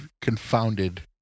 confounded